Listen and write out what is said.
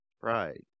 Right